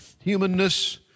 humanness